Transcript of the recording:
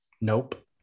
Nope